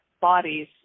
bodies